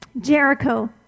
Jericho